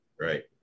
right